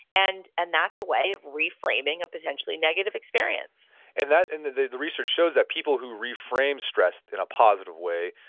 and and that's a way of reframing a potentially negative experience and and the the research shows that people who reframe stress in a positive way,